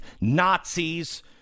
Nazis